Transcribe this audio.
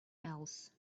else